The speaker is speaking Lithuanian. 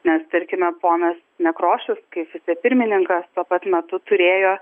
nes tarkime ponas nekrošius kaip vicepirmininkas tuo pat metu turėjo